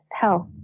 health